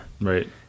right